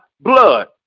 blood